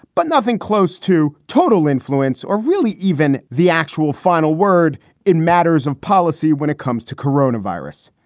but nothing close to total influence or really even the actual final word in matters of policy when it comes to corona virus.